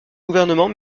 gouvernement